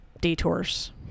detours